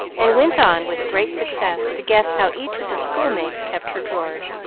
and went on, with great success, to guess how each of the school-mates kept her drawer.